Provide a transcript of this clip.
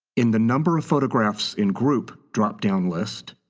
in the number of photographs in group drop down list,